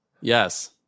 Yes